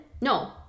No